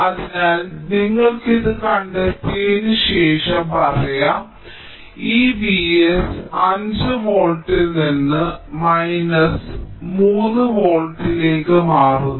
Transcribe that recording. അതിനാൽ നിങ്ങൾക്ക് ഇത് കണ്ടെത്തിയതിന് ശേഷം പറയാം ഈ Vs 5 വോൾട്ടിൽ നിന്ന് മൈനസ് 3 വോൾട്ടിലേക്ക് മാറുന്നു